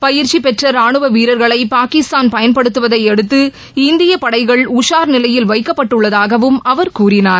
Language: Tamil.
பயிற்சிபெற்றராணுவவீரர்களைபாகிஸ்தான் பயன்படுத்துவதைஅடுத்து இந்தியபளடகள் உஷார் நிலையில் வைக்கப்பட்டுள்ளதாகவும் அவர் கூறினார்